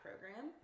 program